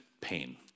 pain